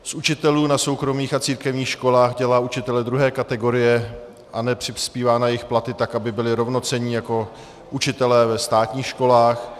Z učitelů na soukromých a církevních školách dělá učitele druhé kategorie a nepřispívá na jejich platy tak, aby byli rovnocenní jako učitelé ve státních školách.